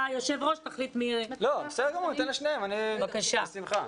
בשמחה.